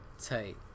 Tight